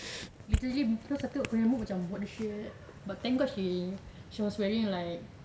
literally terus aku tengok macam what the shit but thank god she she was wearing like